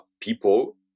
people